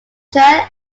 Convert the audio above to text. trail